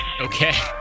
Okay